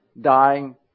dying